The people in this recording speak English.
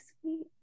sweet